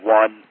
one